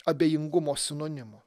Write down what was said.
abejingumo sinonimu